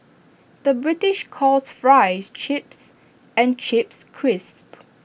the British calls Fries Chips and Chips Crisps